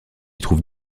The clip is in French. trouve